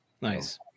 Nice